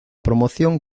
promoción